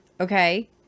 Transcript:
Okay